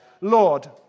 Lord